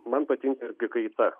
man patinka irgi kaita